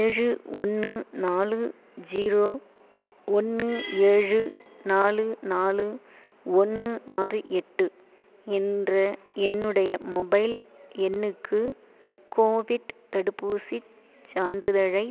ஏழு ஒன்று நாலு ஜீரோ ஒன்று ஏழு நாலு நாலு ஒன்று ஆறு எட்டு என்ற என்னுடைய மொபைல் எண்ணுக்கு கோவிட் தடுப்பூசி சான்றிதழை